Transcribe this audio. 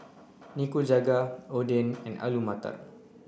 Nikujaga Oden and Alu Matar